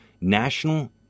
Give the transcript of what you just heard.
national